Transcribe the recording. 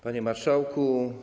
Panie Marszałku!